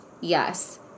Yes